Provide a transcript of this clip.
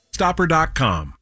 Stopper.com